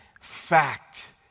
Fact